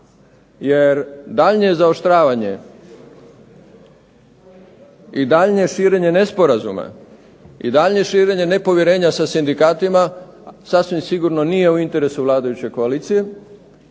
jer daljnje zaoštravanje i daljnje širenja nesporazuma i daljnje širenje nepovjerenja sa sindikatima sasvim sigurno nije u interesu vladajuće koalicije,